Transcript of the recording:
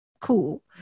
Cool